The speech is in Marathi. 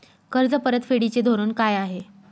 कर्ज परतफेडीचे धोरण काय आहे?